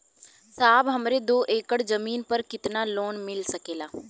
साहब हमरे दो एकड़ जमीन पर कितनालोन मिल सकेला?